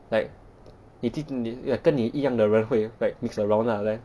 like 你跟你一样的人 like mix around lah like